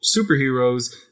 superheroes